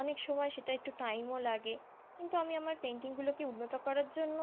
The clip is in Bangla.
অনেক সময় সেটা একটু টাইমও লাগে কিন্তু আমি আমার পেন্টিংগুলোকে উন্নত করার জন্য